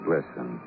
Listen